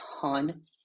ton